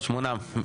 שמונה.